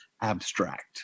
abstract